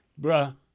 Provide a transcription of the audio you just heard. bruh